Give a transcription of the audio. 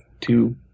two